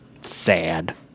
Sad